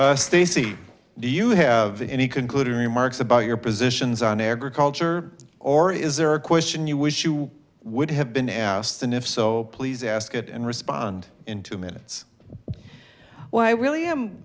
you stacy do you have any concluding remarks about your positions on agriculture or is there a question you wish you would have been asked and if so please ask it and respond in two minutes well i really am